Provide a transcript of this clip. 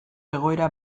egoera